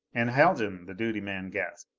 and haljan, the duty man gasped.